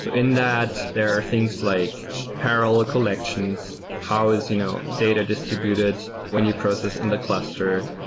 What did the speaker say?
so in that, there are things like parallel ah collections. how is you know data distributed when you process in the cluster?